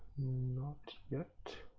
not yet.